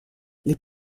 les